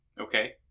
Okay